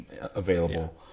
available